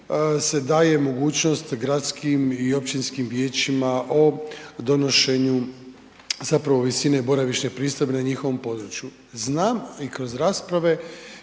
daje mogućnost gradskim i općinskim vijećima o donošenju zapravo visine boravišne pristojbe na njihovom području. Znam i kroz rasprave